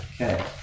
Okay